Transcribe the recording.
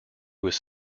was